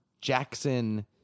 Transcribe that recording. Jackson